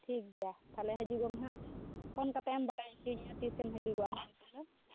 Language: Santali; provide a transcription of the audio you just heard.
ᱴᱷᱤᱠ ᱜᱮᱭᱟ ᱛᱟᱦᱚᱞᱮ ᱦᱤᱡᱩᱜ ᱢᱮ ᱦᱟᱸᱜ ᱯᱷᱳᱱ ᱠᱟᱛᱮᱢ ᱵᱟᱲᱟᱭ ᱚᱪᱚᱧᱟ ᱛᱤᱥᱮᱢ ᱦᱤᱡᱩᱜᱼᱟ